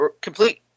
complete